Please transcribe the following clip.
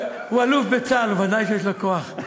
הוא אלוף בצה"ל, ודאי שיש לו כוח.